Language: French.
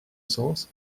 sens